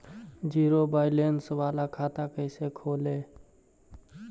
Zero balance बाला खाता कैसे खोले?